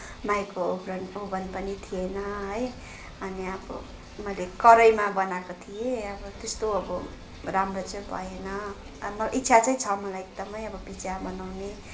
micro oven oven पनि थिएन है अनि अब मैले कराहीमा बनाएको थिएँ अब त्यस्तो अब राम्रो चाहिँ भएन अब मलाई इच्छा चाहिँ छ मलाई एकदमै अब पिज्जा बनाउने